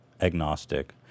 Agnostic